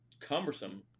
cumbersome